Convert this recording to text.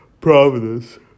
Providence